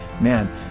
man